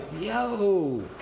yo